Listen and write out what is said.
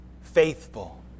faithful